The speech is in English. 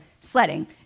sledding